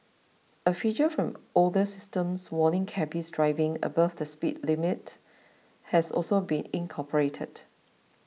a feature from older systems warning cabbies driving above the speed limit has also been incorporated